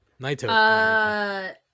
Naito